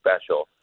special